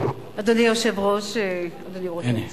אדוני היושב-ראש, אדוני ראש הממשלה,